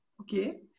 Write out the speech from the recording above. Okay